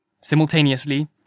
Simultaneously